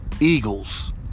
Eagles